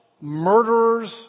murderers